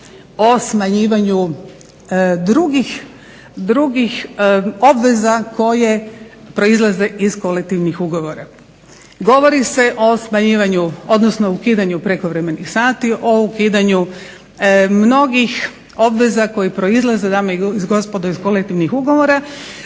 o smanjivanju drugih obveza koje proizlaze iz kolektivnih ugovora. Govori se o smanjivanju odnosno ukidanju prekovremenih sati, o ukidanju mnogih obveza koje proizlaze dame i gospodo iz kolektivnih ugovora.